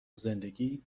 زندگی